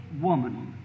woman